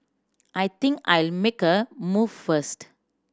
I think I'll make a move first